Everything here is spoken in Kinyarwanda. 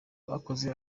bakoze